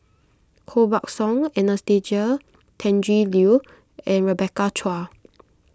Koh Buck Song Anastasia Tjendri Liew and Rebecca Chua